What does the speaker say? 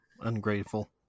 ungrateful